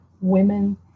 women